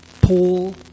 Paul